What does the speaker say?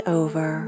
over